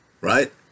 Right